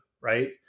right